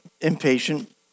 impatient